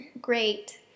great